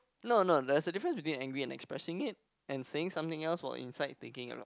no no there is a difference between angry and expressing it and saying something else for inside thinking